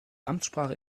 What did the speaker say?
amtssprache